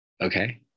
Okay